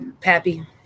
Pappy